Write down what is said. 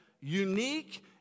unique